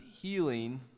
healing